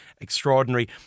extraordinary